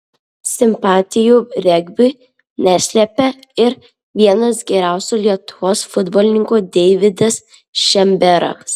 simpatijų regbiui neslėpė ir vienas geriausių lietuvos futbolininkų deividas šemberas